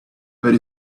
but